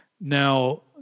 now